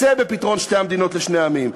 רוצה בפתרון שתי המדינות לשני עמים.